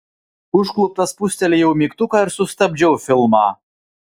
užkluptas spustelėjau mygtuką ir sustabdžiau filmą